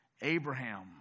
Abraham